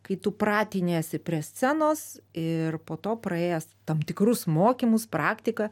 kai tu pratiniesi prie scenos ir po to praėjęs tam tikrus mokymus praktiką